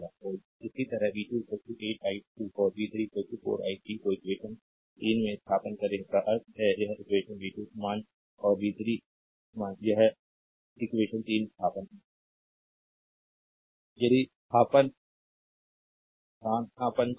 तो इसी तरह v 2 8 i2 और v 3 4 i3 को इक्वेशन 3 में स्थानापन्न करें इसका अर्थ है यह इक्वेशन v 2 मान और v 3 मान यह इक्वेशन 3 स्थानापन्न है